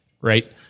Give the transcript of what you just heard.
right